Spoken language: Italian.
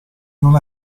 non